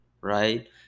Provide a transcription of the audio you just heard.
right